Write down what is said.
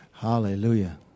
Hallelujah